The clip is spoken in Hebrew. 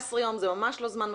14 ימים, זה ממש לא זמן מספיק.